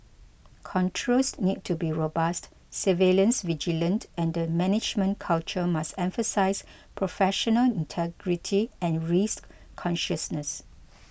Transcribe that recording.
controls need to be robust surveillance vigilant and the management culture must emphasise professional integrity and risk consciousness